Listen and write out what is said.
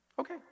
okay